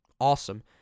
awesome